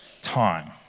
time